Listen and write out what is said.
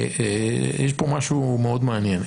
יש פה משהו מאוד מעניין.